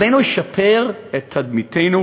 עלינו לשפר את תדמיתנו,